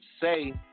say